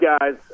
guys